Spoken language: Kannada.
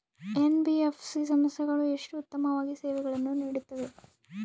ಎನ್.ಬಿ.ಎಫ್.ಸಿ ಸಂಸ್ಥೆಗಳು ಎಷ್ಟು ಉತ್ತಮವಾಗಿ ಸೇವೆಯನ್ನು ನೇಡುತ್ತವೆ?